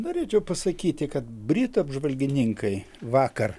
norėčiau pasakyti kad britų apžvalgininkai vakar